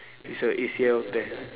it's a A_C_L tear